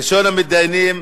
ראשון המתדיינים,